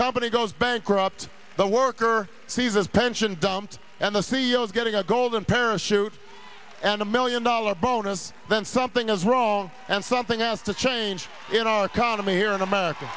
company goes bankrupt the worker seizes pension dumps and the c e o s getting a golden parachute and a million dollar bonus then something is wrong and something has to change in our economy here in america